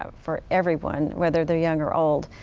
um for everyone, whether they're young or old,